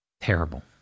Terrible